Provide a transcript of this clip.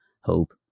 hope